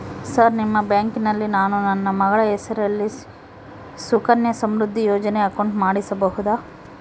Sir ನಿಮ್ಮ ಬ್ಯಾಂಕಿನಲ್ಲಿ ನಾನು ನನ್ನ ಮಗಳ ಹೆಸರಲ್ಲಿ ಸುಕನ್ಯಾ ಸಮೃದ್ಧಿ ಯೋಜನೆ ಅಕೌಂಟ್ ಮಾಡಿಸಬಹುದಾ?